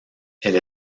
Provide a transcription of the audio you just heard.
elle